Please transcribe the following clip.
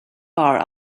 bar